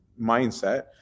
mindset